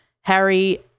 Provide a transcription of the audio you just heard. Harry